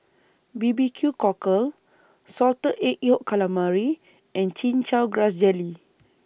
B B Q Cockle Salted Egg Yolk Calamari and Chin Chow Grass Jelly